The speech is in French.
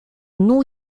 new